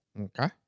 Okay